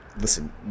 Listen